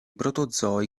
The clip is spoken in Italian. protozoi